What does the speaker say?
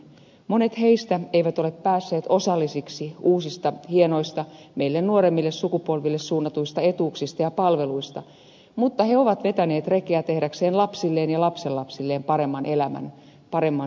monet heistä eivät ole päässeet osallisiksi uusista hienoista meille nuoremmille sukupolville suunnatuista etuuksista ja palveluista mutta he ovat vetäneet rekeä tehdäkseen lapsilleen ja lapsenlapsilleen paremman elämän paremman suomen